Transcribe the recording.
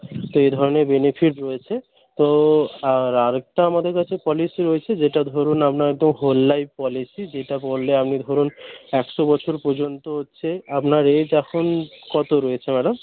তো এই ধরনের বেনিফিট রয়েছে তো আর একটা আমাদের কাছে পলিসি রয়েছে যেটা ধরুন আপনার হোল লাইফ পলিসি যেটা করলে আপনি ধরুন একশো বছর পর্যন্ত হচ্ছে আপনার এজ এখন কত রয়েছে ম্যাডাম